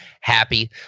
happy